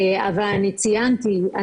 אבל אני ציינתי,